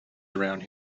around